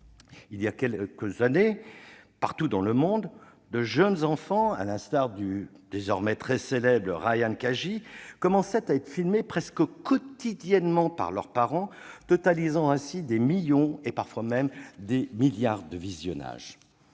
Il y a quelques années, partout dans le monde, de jeunes enfants, à l'instar du désormais célèbre Ryan Kaji, commençaient à être filmés presque quotidiennement par leurs parents, les vidéos ainsi réalisées totalisant des millions, parfois même des milliards, de visionnages.